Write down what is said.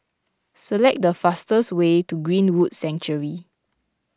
select the fastest way to Greenwood Sanctuary